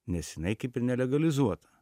nes jinai kaip ir nelegalizuota